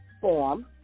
form